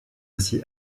aussi